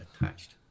attached